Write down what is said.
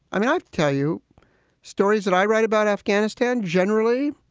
i mean, i tell you stories that i write about afghanistan generally,